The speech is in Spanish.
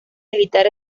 militar